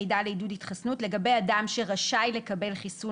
מידע לעידוד התחסנות) לגבי אדם שרשאי לקבל חיסון